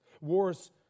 Wars